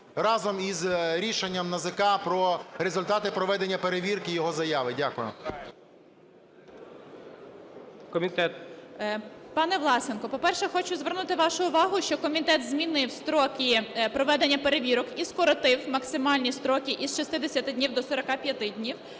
разом із рішенням НАЗК про результати проведення перевірки його заяви. Дякую.